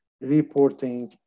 reporting